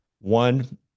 one